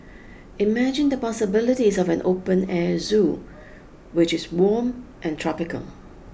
imagine the possibilities of an open air zoo which is warm and tropical